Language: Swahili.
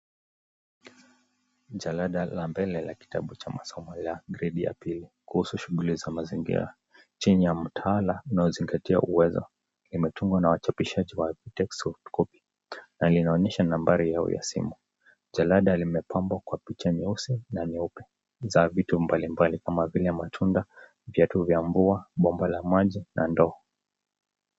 Jalada la mbele la kitabu cha masomo la gredi ya pili kuhusu shughuli za mazingira chenye mtaala unaozingatia uwezo, imetungwa na wachapishaji wa vitec softcopy. na linaonyesha nambari yao ya simu. Jalada limepambwa kwa picha nyeusi na nyeupe za vitu mbalimbali kama vile matunda, viatu vya mvua, bomba la maji na ndoo.